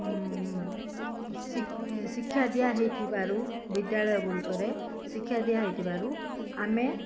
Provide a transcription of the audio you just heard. ଶି ଶିକ୍ଷା ଦିଆ ହେଇଥିବାରୁ ବିଦ୍ୟାଳୟ ଗୁଡ଼ିକରେ ଶିକ୍ଷା ଦିଆ ହେଇଥିବାରୁ ଆମେ